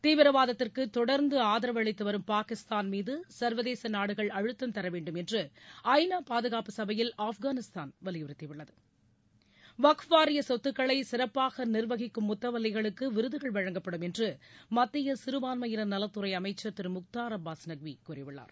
தீவிரவாதத்திற்கு தொடர்ந்து ஆதரவு அளித்துவரும் பாகிஸ்தான் மீது சர்வதேச நாடுகள் அழுத்தம் தரவேண்டும் என்று ஐ நா பாதுகாப்பு சபையில் ஆப்கானிஸ்தான் வலியுறுத்தி உள்ளது வக்ஃபு வாரிய சொத்துக்களை சிறப்பாக நிர்வகிக்கும் முத்தவல்லிகளுக்கு விருதுகள் வழங்கப்படும் என்று மத்திய சிறுபான்மையினர் நலத்துறை அமைச்சர் திரு முக்தார் அப்பாஸ் நக்வி கூறியுள்ளார்